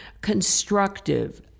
constructive